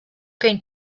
going